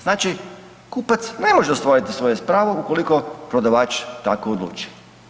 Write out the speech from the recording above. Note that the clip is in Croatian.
Znači kupac ne može ostvariti svoje pravo ukoliko prodavač tako odluči.